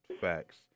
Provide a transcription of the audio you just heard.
Facts